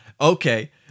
okay